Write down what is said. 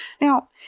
Now